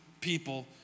people